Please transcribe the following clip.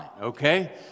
okay